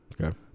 Okay